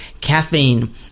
caffeine